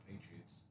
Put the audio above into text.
Patriots